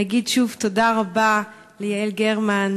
להגיד שוב תודה רבה ליעל גרמן,